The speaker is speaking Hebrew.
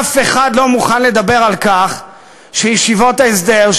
אף אחד לא מוכן לדבר על כך שישיבות ההסדר,